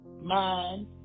mind